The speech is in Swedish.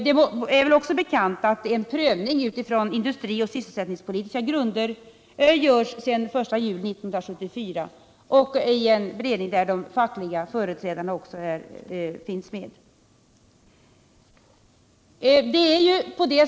Det är väl också bekant att en prövning på industrioch sysselsättningspolitiska grunder görs sedan den 1 juli 1974, i en beredning där fackliga företrädare också finns med.